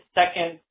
second